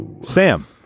Sam